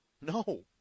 No